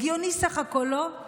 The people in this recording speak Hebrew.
הגיוני סך הכול, לא?